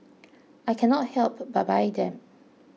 I cannot help but buy them